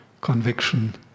conviction